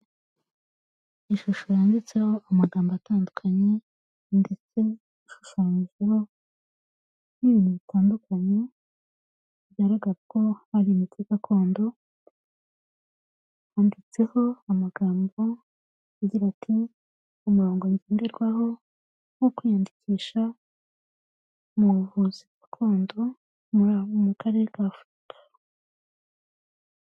Ishusho yanditseho amagambo atandukanye ndetse ishushanyijeho n'ibintu bitandukanye bigaraga ko hari imico gakondo. Handitseho amagambo agira ati umurongo ngenderwaho wo kwiyandikisha mu buvuzi gakondo mu karere ka Afurika.